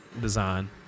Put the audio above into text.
design